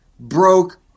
Broke